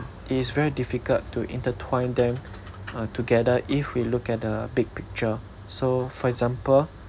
it is very difficult to intertwine them uh together if we look at the big picture so for example